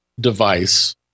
device